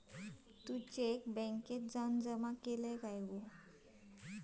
तू cheque बॅन्केत जमा केलं?